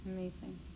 Amazing